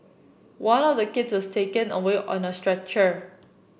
one of the kids was taken away on a stretcher